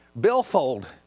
billfold